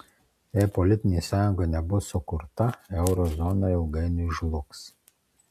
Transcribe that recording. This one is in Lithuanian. jei politinė sąjunga nebus sukurta euro zona ilgainiui žlugs